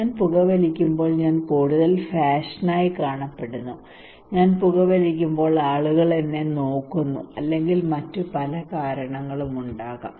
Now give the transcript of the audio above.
ഞാൻ പുകവലിക്കുമ്പോൾ ഞാൻ കൂടുതൽ ഫാഷനായി കാണപ്പെടുന്നു ഞാൻ പുകവലിക്കുമ്പോൾ ആളുകൾ എന്നെ നോക്കുന്നു അല്ലെങ്കിൽ മറ്റ് പല കാരണങ്ങളും ഉണ്ടാകാം